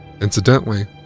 Incidentally